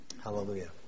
Hallelujah